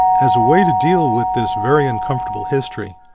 as a way to deal with this very uncomfortable history,